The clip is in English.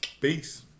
peace